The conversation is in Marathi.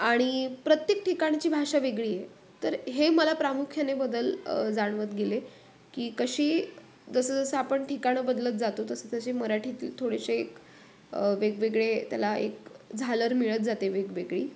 आणि प्रत्येक ठिकाणची भाषा वेगळी आहे तर हे मला प्रामुख्याने बदल जाणवत गेले की कशी जसंजसं आपण ठिकाणं बदलत जातो तसं तशी मराठीतील थोडेसे एक वेगवेगळे त्याला एक झालर मिळत जाते वेगवेगळी